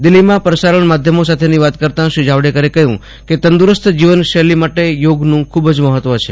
દિલ્હીમાં પ્રસારણ માધ્યમો સાથે વાત કરતાં શ્રી જાવડેકરે કહયું કે તંદ્દરસ્ત જીવન શૈલી માટે યોગનું ખુબ મહત્વ છે